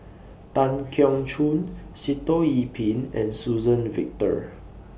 Tan Keong Choon Sitoh Yih Pin and Suzann Victor